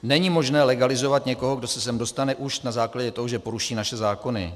Není možné legalizovat někoho, kdo se sem dostane už na základě toho, že poruší naše zákony.